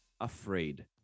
afraid